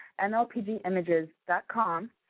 nlpgimages.com